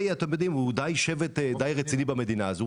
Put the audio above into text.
שהוא שבט די רציני במדינה.